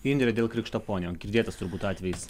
indrė dėl krikštaponio girdėtas turbūt atvejis